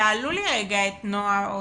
אני רוצה לשמוע את נעה.